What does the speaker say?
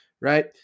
Right